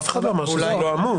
אף אחד לא אמר שזה לא עמום.